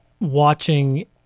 watching